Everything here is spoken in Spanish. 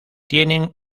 tienen